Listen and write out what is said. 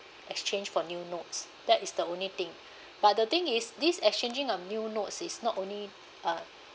exchange for new notes that is the only thing but the thing is this exchanging of new notes is not only uh